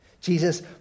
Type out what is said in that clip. Jesus